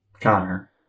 Connor